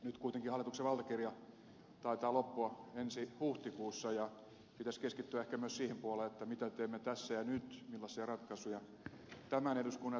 nyt kuitenkin hallituksen valtakirja taitaa loppua ensi huhtikuussa ja pitäisi keskittyä ehkä myös siihen puoleen mitä teemme tässä ja nyt millaisia ratkaisuja tämän eduskunnan ja tämän hallituksen aikana